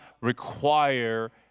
require